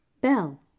Bell